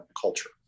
culture